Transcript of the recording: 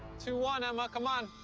two one, emma, come on.